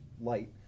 light